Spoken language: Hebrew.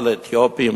על אתיופים,